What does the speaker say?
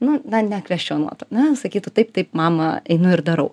nu na nekveščionuotų na sakytų taip taip mama einu ir darau